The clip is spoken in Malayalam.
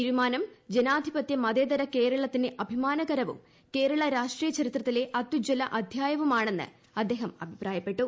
തീരുമാനം ജനാധിപത്യ മതേതര കേരളത്തിന് അഭിമാനകരവും കേരള രാഷ്ട്രീയചരിത്രത്തിലെ അത്യുജ്ജല അധ്യായവുമാണെന്ന് അദ്ദേഹം അഭിപ്രായുപ്പെട്ടു